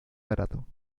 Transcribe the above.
barato